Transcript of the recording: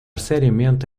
seriamente